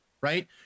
right